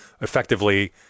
effectively